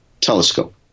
telescope